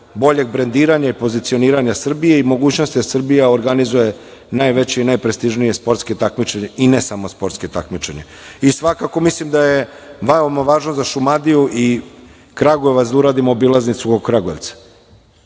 boljeg brendiranja i pozcioniranja Srbije i mogućnosti da Srbija organizuje najveći i najprestižnije sportska takmičenja i ne samo sportska takmičenja. Svakako, mislim da je veoma važno za Šumadiju i Kragujevac da uradimo obilaznicu oko Kragujevca. Ne